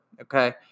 okay